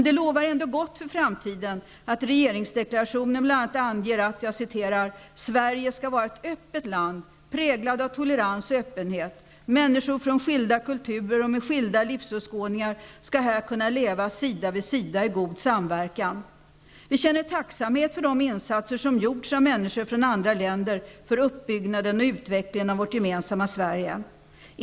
Det lovar ändå gott för framtiden att regeringsdeklarationen bl.a. anger att ''Sverige skall vara ett öppet land präglad av tolerans och öppenhet. Människor från skilda kulturer och med skilda livsåskådningar skall här kunna leva sida vid sida i god samverkan. -- Vi känner tacksamhet för de insatser som gjorts av människor från andra länder för uppbyggnaden och utvecklingen av vårt gemensamma Sverige.